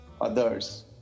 others